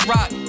Rock